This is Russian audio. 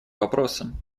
вопросам